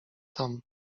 tam